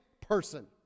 person